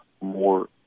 more